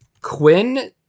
Quinn